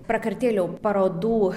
prakartėlių parodų